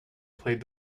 played